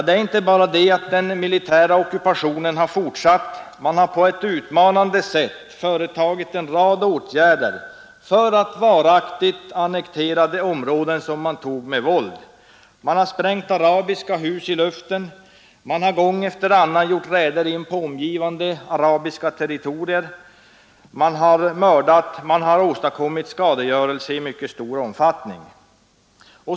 Det är inte bara det att den militära ockupationen har fortsatt utan man har också på ett utmanande sätt företagit en rad åtgärder för att varaktigt annektera de områden som man tog med våld. Man har sprängt arabiska hus i luften, man har gång efter annan gjort räder in på omgivande arabiska territorier. Man har mördat och man har åstadkommit skadegörelse i mycket stor omfattning.